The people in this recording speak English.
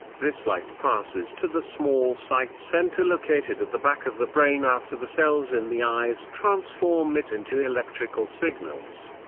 this light passes to the small sight center located located at the back of the brain after the cells in the eyes transform it into electrical signals.